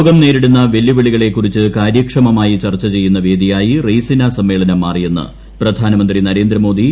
ലോകം നേരിടുന്ന വെല്ലുവിളികളെക്കുറിച്ച് കാര്യക്ഷമമായി ചർച്ച ചെയ്യുന്ന വേദിയായി റെയ്സിനാ സമ്മേളനം മാറിയെന്ന് പ്രധാനമന്ത്രി നരേന്ദ്രമോദി